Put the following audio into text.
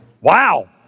Wow